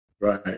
Right